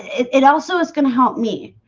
it also is going to help me,